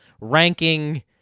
ranking